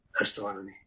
astronomy